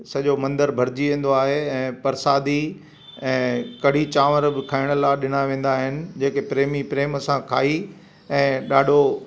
सॼो मंदिर भरिजी वेंदो आहे ऐं परसादी ऐं कढ़ी चांवर बि खाइण लाइ ॾिना वेंदा आहिनि जेके प्रेमी प्रेम सां खाई ऐं ॾाढो